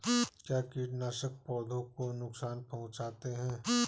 क्या कीटनाशक पौधों को नुकसान पहुँचाते हैं?